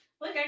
Look